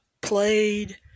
played